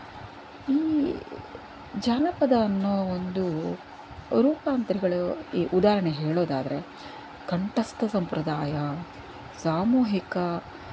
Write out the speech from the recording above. ಈ ಜಾನಪದ ಅನ್ನೋ ಒಂದು ರೂಪಾಂತರಿಗಳು ಉದಾಹರಣೆ ಹೇಳೋದಾದ್ರೆ ಕಂಠಸ್ಥ ಸಂಪ್ರದಾಯ ಸಾಮೂಹಿಕ